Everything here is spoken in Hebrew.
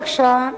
בבקשה,